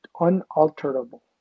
unalterable